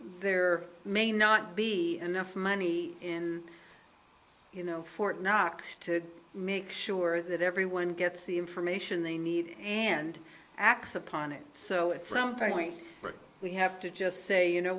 there may not be enough money in you know fort knox to make sure that everyone gets the information they need and acts upon it so it's around five point but we have to just say you know